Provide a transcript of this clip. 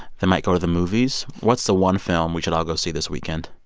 they might go to the movies. what's the one film we should all go see this weekend?